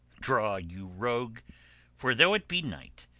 draw, you rogue for, though it be night,